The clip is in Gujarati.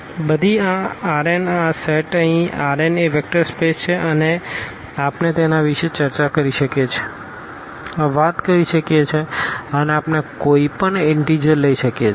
તેથી આ Rn આ સેટ અહીં Rn એ વેક્ટર સ્પેસ છે અને આપણે તેના વિશે વાત કરી શકીએ છીએ અને આપણે અહીં કોઈપણ ઇનટીજર લઈ શકીએ છીએ